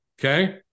Okay